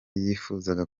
yifuzaga